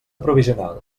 provisional